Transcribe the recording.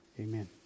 Amen